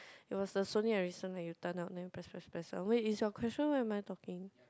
it was the Sony Ericsson that you turn out then press press press out when it's your question why am I talking